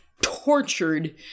tortured